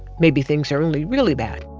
maybe things are only really bad